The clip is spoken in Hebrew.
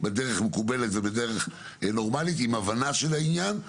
בדרך מקובלת ובדרך נורמלית עם הבנה של העניין.